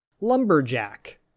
lumberjack